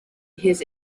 his